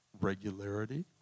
regularity